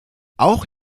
auch